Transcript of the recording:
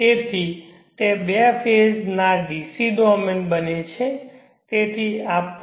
તેથી તે બે ફેઝ ના dc ડોમેન બને છે